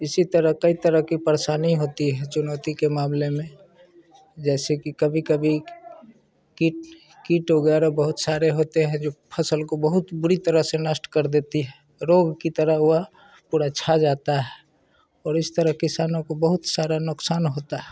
इसी तरह कई तरह की परेशानी होती है चुनौती के मामले में जैसे कि कभी कभी कीट कीट वग़ैरह बहुत सारे होते हैं जो फ़सल को बहुत बुरी तरह से नष्ट कर देती है रोग की तरह वह पूरा छा जाता है और इस तरह किसानों को बहुत सारा नुकसान होता है